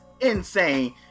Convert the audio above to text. insane